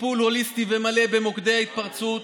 טיפול הוליסטי ומלא במוקדי ההתפרצות,